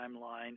timeline